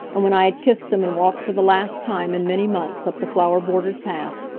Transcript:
and when i had kissed them and walked for the last time in many months up the flower-bordered path,